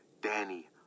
Danny